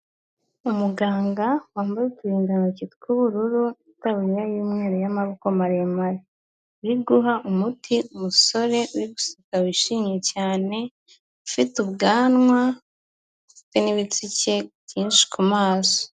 Umuganga wambaye uturindantoki tw'ubururu, itaburiya y'umweru y'amaboko maremare, uri guha umuti umusore uri guseka wishimye cyane, ufite ubwanwa n'ibitsike byinshi ku maso.